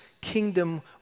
kingdom